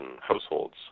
households